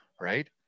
right